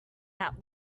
that